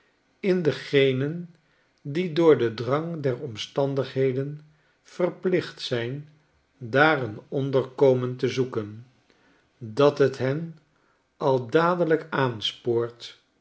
in degenen die door den drang der omstandigheden verplicht zijn daar een onderkomen te zoeken dat het hen al dadelijk aanspoort